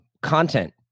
Content